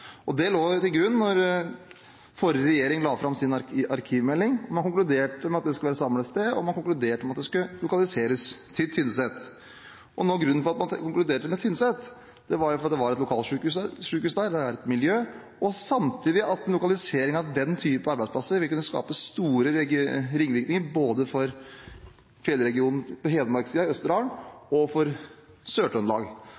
sammen. Det lå til grunn da forrige regjering la fram sin arkivmelding. Man konkluderte med at det skulle være samlet ett sted, og man konkluderte med at det skulle lokaliseres til Tynset. Noe av grunnen til at man konkluderte med Tynset, var at det er et lokalsykehus der, det er et miljø. Samtidig vil lokaliseringen av den typen arbeidsplasser kunne skape store ringvirkninger både for Fjellregionen på Hedmark-siden, Østerdalen, og for Sør-Trøndelag. En lokalisering på Tynset vil – i